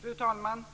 Fru talman!